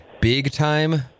big-time